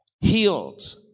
healed